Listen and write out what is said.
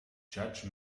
judge